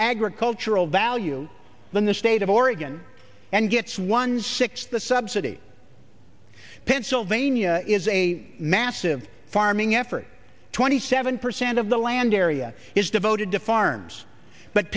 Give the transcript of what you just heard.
agricultural value than the state of oregon and gets one sixth the subsidy pennsylvania is a massive farming effort twenty seven percent of the land area is devoted to farms but